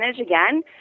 again